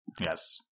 Yes